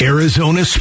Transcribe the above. Arizona